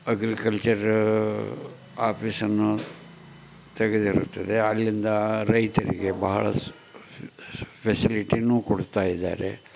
agriculture ಆಫೀಸನ್ನು ತೆಗೆದಿರುತ್ತದೆ ಅಲ್ಲಿಂದ ರೈತರಿಗೆ ಬಹಳ ಫೆಸಿಲಿಟಿಯೂ ಕೊಡ್ತಾ ಇದ್ದಾರೆ